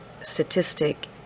statistic